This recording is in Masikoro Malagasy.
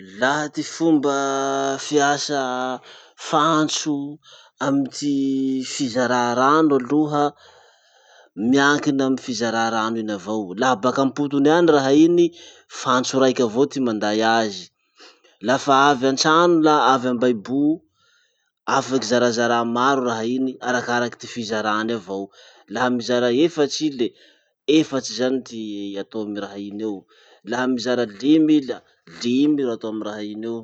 Laha ty fomba fiasa fantso amy ty fizarà rano aloha, miankina amy fizarà rano iny avao. Laha baka ampotony any raha iny, fantso raiky avao ty manday azy. Lafa avy antrano na avy ambahibo, afaky zarazarà maro raha iny, arakaraky ty fizarany avao. Laha mizara efatsy i le, efatsy zany ty atao amy raha iny eo. Laha mizara limy i, la limy ro atao amy raha iny eo.